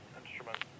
instrument